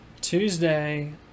Tuesday